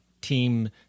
Team